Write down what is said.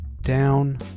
down